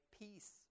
peace